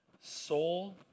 soul